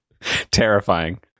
terrifying